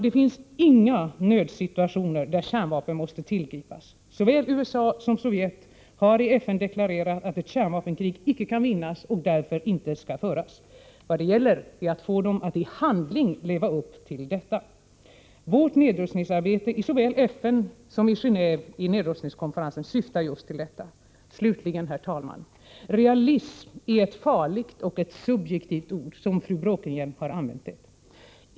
Det finns ingen nödsituation där kärnvapen måste tillgripas. Såväl USA som Sovjet har i FN deklarerat att ett kärnvapenkrig icke kan vinnas och därför inte skall föras. Vad det gäller är att få dem att i handling leva upp till detta. Vårt nedrustningsarbete i såväl FN som i nedrustningskonferensen i Gen&ve syftar just till detta. Slutligen, herr talman: Realism är ett farligt och subjektivt ord, såsom fru " Bråkenhielm har använt det.